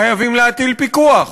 חייבים להטיל פיקוח